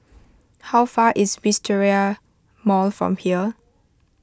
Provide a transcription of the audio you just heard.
how far is Wisteria Mall from here